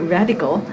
Radical